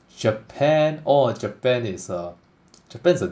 Japan orh Japan is a Japan is a